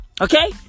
Okay